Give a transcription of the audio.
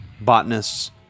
botanists